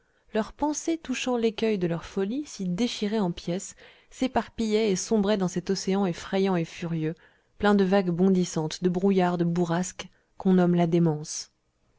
leur pensée touchant l'écueil de leur folie s'y déchirait en pièces s'éparpillait et sombrait dans cet océan effrayant et furieux plein de vagues bondissantes de brouillards de bourrasques qu'on nomme la démence